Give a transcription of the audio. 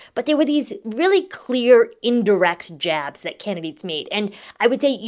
but there were these really clear indirect jabs that candidates made. and i would say,